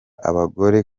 abagore